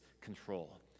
control